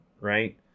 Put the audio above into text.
right